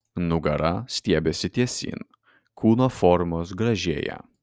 nugara stiebiasi tiesyn kūno formos gražėja